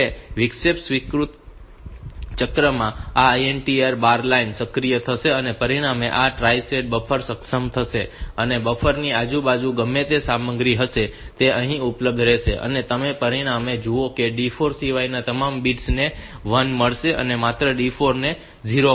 હવે વિક્ષેપ સ્વીકૃતિ ચક્રમાં આ INTA બાર લાઇન સક્રિય થશે અને પરિણામે આ ટ્રાઇ સ્ટેટ બફર સક્ષમ થશે અને બફર ની આ બાજુની ગમે તે સામગ્રી હશે તે અહીં ઉપલબ્ધ રહેશે અને તમે પરિણામે જુઓ કે D4 સિવાયના તમામ બિટ્સ ને 1 મળશે અને માત્ર D 4 ને 0 મળશે